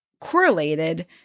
correlated